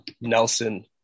Nelson